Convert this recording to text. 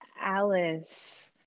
Alice